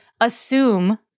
assume